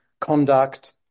conduct